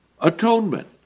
atonement